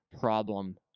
problem